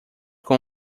com